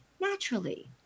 naturally